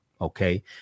Okay